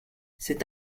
cet